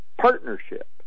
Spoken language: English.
partnership